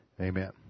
Amen